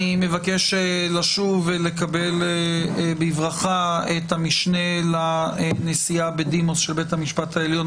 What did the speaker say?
אני מבקש לשוב ולקבל בברכה את המשנה לנשיאה בדימוס של בית המשפט העליון,